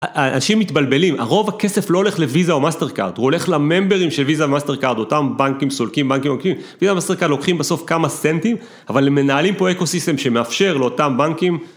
אנשים מתבלבלים, רוב הכסף לא הולך לוויזה או מסטרקארד, הוא הולך לממברים של וויזה ומסטרקארד, אותם בנקים סולקים בנקים.. וויזה ומסטרקארד לוקחים בסוף כמה סנטים, אבל הם מנהלים פה אקו סיסטם שמאפשר לאותם בנקים